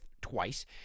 twice